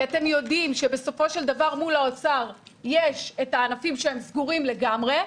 אתם יודעים שבסופו של דבר מול האוצר יש את הענפים שהם סגורים לגמרי,